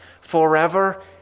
forever